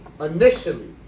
initially